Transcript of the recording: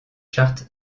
charts